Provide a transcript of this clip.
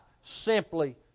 simply